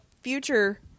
future